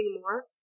more